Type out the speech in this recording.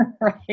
Right